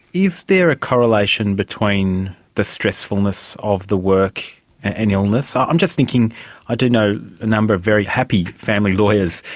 is there a correlation between the stressfulness of the work and illness? so i'm just thinking i do know a number of very happy family lawyers.